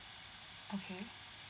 okay